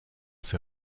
ces